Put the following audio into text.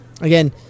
Again